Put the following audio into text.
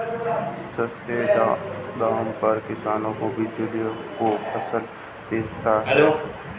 सस्ते दाम पर किसान बिचौलियों को फसल बेचता है